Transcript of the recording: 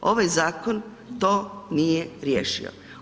Ovaj zakon to nije riješio.